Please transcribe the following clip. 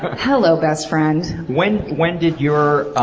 hello, best friend. when when did your